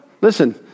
Listen